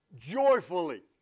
joyfully